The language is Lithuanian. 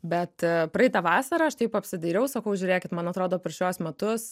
bet praeitą vasarą aš taip apsidairiau sakau žiūrėkit man atrodo per šiuos metus